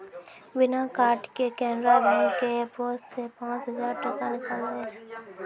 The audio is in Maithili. बिना कार्डो के केनरा बैंक के एपो से पांच हजार टका निकाललो जाय सकै छै